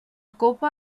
copa